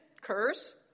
curse